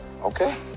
Okay